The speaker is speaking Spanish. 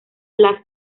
las